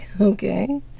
Okay